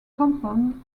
compton